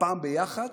הפעם ביחד,